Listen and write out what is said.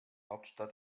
hauptstadt